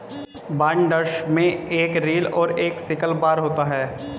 binders में एक reel और एक सिकल बार होता है